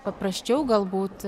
paprasčiau galbūt